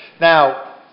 Now